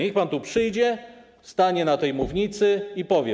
Niech pan tu przyjdzie, stanie na tej mównicy i powie.